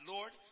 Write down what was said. Lord